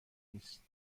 نیست